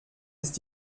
ist